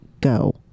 go